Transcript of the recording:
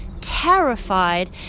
terrified